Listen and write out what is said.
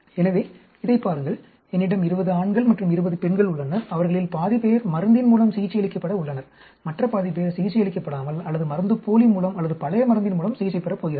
எனவே இதைப் பாருங்கள் என்னிடம் 20 ஆண்கள் மற்றும் 20 பெண்கள் உள்ளனர் அவர்களில் பாதி பேர் மருந்தின் மூலம் சிகிச்சையளிக்கப்பட உள்ளனர் மற்ற பாதி பேர் சிகிச்சை அளிக்கப்படாமல் அல்லது மருந்துப்போலி மூலம் அல்லது பழைய மருந்தின் மூலம் சிகிச்சை பெறப் போகிறார்கள்